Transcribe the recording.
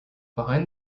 behind